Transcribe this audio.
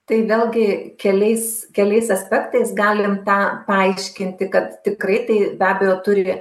tai vėlgi keliais keliais aspektais galim tą paaiškinti kad tikrai tai be abejo turi